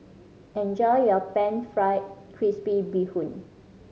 enjoy your Pan Fried Crispy Bee Hoon